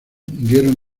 dieron